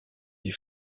des